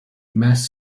mass